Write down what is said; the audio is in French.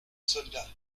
soldats